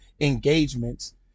engagements